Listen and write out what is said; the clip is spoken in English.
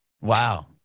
Wow